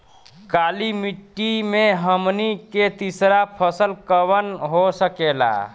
काली मिट्टी में हमनी के तीसरा फसल कवन हो सकेला?